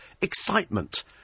excitement